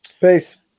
peace